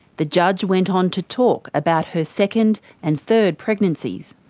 the judge went on to talk about her second and third pregnancies.